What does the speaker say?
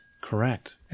Correct